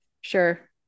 sure